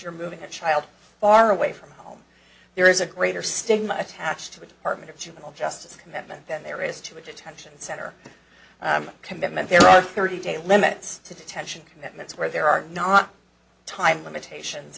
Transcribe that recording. you're moving a child far away from home there is a greater stigma attached to the department of juvenile justice commitment than there is to a detention center commitment there are thirty day limits to detention commitments where there are not time limitations